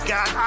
God